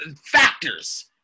factors